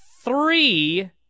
three